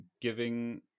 giving